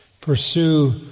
pursue